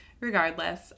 regardless